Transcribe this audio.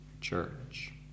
church